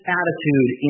attitude